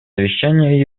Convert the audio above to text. совещание